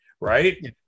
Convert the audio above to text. Right